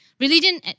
religion